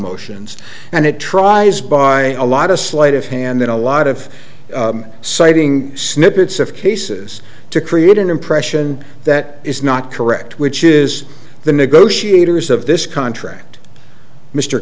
motions and it tries by a lot of sleight of hand in a lot of citing snippets of cases to create an impression that is not correct which is the negotiators of this contract mr